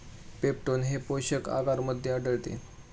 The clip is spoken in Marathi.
पेप्टोन हे पोषक आगरमध्ये आढळते